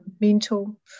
mental